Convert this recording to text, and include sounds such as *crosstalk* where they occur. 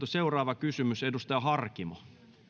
*unintelligible* seuraava kysymys edustaja harkimo